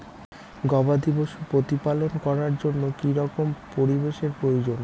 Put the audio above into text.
গবাদী পশু প্রতিপালন করার জন্য কি রকম পরিবেশের প্রয়োজন?